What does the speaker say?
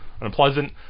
unpleasant